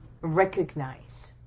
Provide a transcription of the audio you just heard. recognize